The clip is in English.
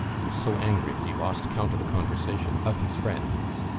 he was so angry that he lost count of the conversation of his friends.